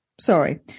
sorry